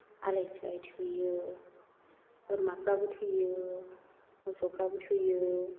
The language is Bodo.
आलाय सिलाय थैयो बोरमाफ्राबो थैयो मोसौफ्राबो थैयो